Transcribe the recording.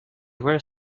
were